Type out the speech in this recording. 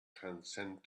transcend